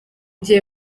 gihe